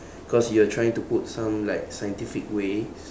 cause you are trying to put some like scientific ways